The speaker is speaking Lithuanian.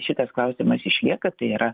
šitas klausimas išlieka tai yra